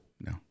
No